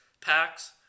packs